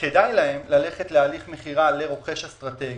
כדאי להם ללכת להליך מכירה לרוכש אסטרטגי,